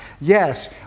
Yes